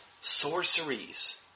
Sorceries